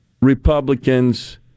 Republicans